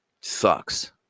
sucks